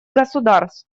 государств